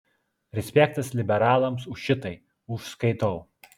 respektas liberalams už šitai užskaitau